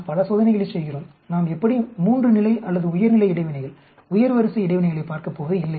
நாம் பல சோதனைகளைச் செய்கிறோம் நாம் எப்படியும் மூன்று நிலை அல்லது உயர் நிலை இடைவினைகள் உயர் வரிசை இடைவினைகளை பார்க்கப்போவது இல்லை